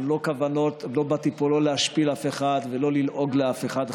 לא באתי פה להשפיל אף אחד ולא ללעוג לאף אחד,